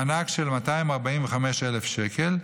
מענק של 245,000 שקל,